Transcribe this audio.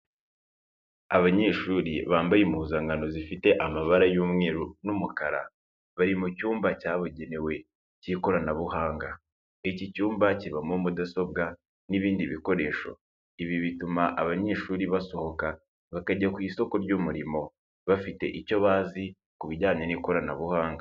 Abanyeshuri bambaye impuzankano zifite amabara y'umweru n'umukara, bari mu cyumba cyabugenewe cy'ikoranabuhanga, iki cyumba kibamo mudasobwa n'ibindi bikoresho. Ibi bituma abanyeshuri basohoka bakajya ku isoko ry'umurimo bafite icyo bazi ku bijyanye n'ikoranabuhanga.